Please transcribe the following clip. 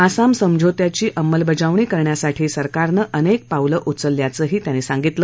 आसाम समझोत्यांची अंमलबजावणी करण्यासाठी सरकारनं अनेक पावले उचल्याचंही त्यांनी सांगितले